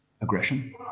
aggression